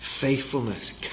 faithfulness